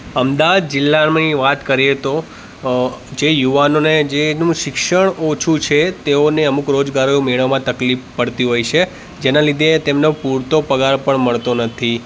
અમદાવાદ જિલ્લાની વાત કરીએ તો અ જે યુવાનોને જેનું શિક્ષણ ઓછું છે તેઓને અમુક રોજગારો મેળવવામાં તકલીફ પડતી હોય છે જેના લીધે તેમનો પૂરતો પગાર પણ મળતો નથી